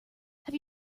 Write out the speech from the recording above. have